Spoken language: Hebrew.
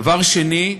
דבר שני,